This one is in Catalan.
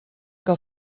que